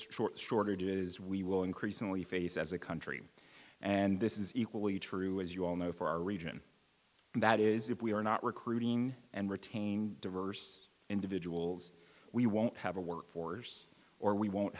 strong shortages we will increasingly face as a country and this is equally true as you all know for our region and that is if we are not recruiting and retaining diverse individuals we won't have a workforce or we won't